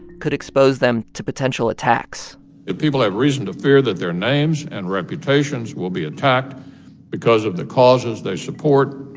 could expose them to potential attacks if people have reason to fear that their names and reputations will be attacked because of the causes they support,